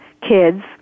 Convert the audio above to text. kids